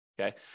okay